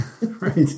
right